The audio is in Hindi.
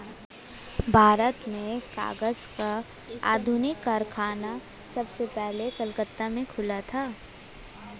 भारत में कागज का आधुनिक कारखाना सबसे पहले कलकत्ता में खुला था